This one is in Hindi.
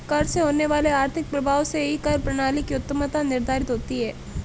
कर से होने वाले आर्थिक प्रभाव से ही कर प्रणाली की उत्तमत्ता निर्धारित होती है